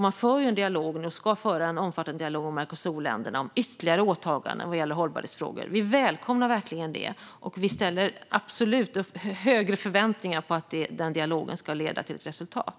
Man för och ska föra en omfattande dialog med Mercosurländerna om ytterligare åtaganden vad gäller hållbarhetsfrågor. Vi välkomnar verkligen det, och vi har verkligen större förväntningar på att denna dialog ska leda till ett resultat.